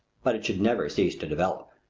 but it should never cease to develop.